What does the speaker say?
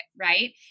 right